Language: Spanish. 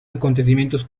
acontecimientos